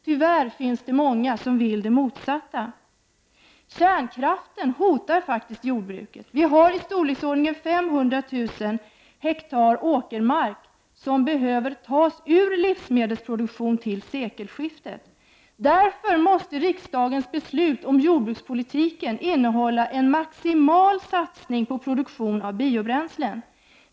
Tyvärr finns det många som vill det motsatta. Kärnkraften hotar faktiskt jordbruket. Vi har i storleksordningen 500 000 hektar åkermark som behöver tas ur livsmedelsproduktionen till sekelskiftet. Därför måste riksdagens beslut om jordbrukspolitiken innehålla en maximal satsning på produktion av biobränslen.